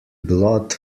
blood